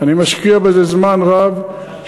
אני משקיע בזה זמן רב,